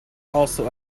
also